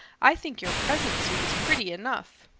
i think your present suit is pretty enough.